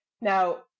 Now